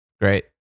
Great